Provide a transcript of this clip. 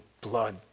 blood